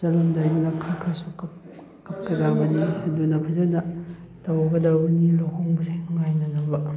ꯆꯠꯂꯝꯗꯥꯏꯗꯨꯗ ꯈꯔ ꯈꯔꯁꯨ ꯀꯞꯀꯗꯕꯅꯤ ꯑꯗꯨꯅ ꯐꯖꯅ ꯇꯧꯒꯗꯧꯕꯅꯤ ꯂꯨꯍꯣꯡꯕꯁꯦ ꯅꯨꯡꯉꯥꯏꯅꯅꯕ